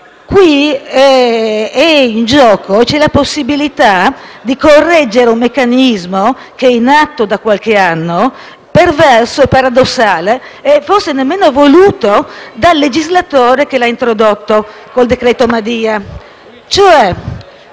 Qui c'è la possibilità di correggere un meccanismo che è nato da qualche anno, perverso e paradossale e forse nemmeno voluto dal legislatore che l'ha introdotto con il decreto Madia.